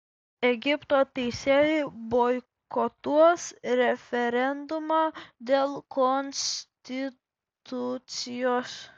egipto teisėjai boikotuos referendumą dėl konstitucijos